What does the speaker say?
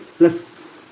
8320